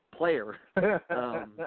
player